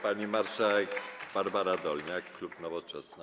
Pani marszałek Barbara Dolniak, klub Nowoczesna.